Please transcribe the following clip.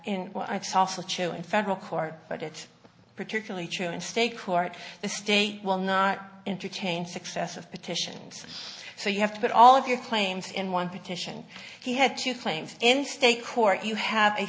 true in federal court but it's particularly true in state court the state will not interchange successive petitions so you have to put all of your claims in one petition he had two things in state court you have